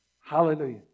Hallelujah